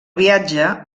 viatge